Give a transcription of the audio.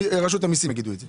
שרשות המיסים יגידו את זה.